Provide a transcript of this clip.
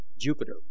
JUPITER